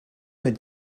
mit